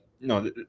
No